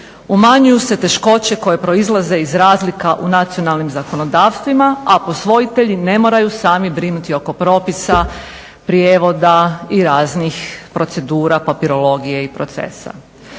umanjuju se teškoće koje proizlaze iz razlika u nacionalnim zakonodavstvima, a posvojitelji ne moraju sami brinuti oko propisa, prijevoda i raznih procedura, papirologije i procesa.